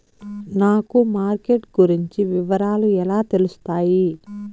నాకు మార్కెట్ గురించి వివరాలు ఎలా తెలుస్తాయి?